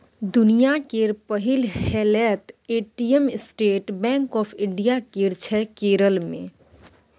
दुनियाँ केर पहिल हेलैत ATM State Bank of India केर छै केरल मे